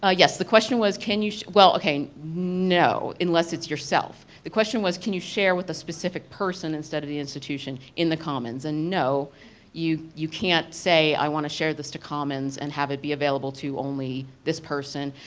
ah yes, the question was that can you share. well okay no, unless it's yourself. the question was, can you share with a specific person instead of the institution in the comments? and no you you can't say i want to share this to comments and have it be available to only this person.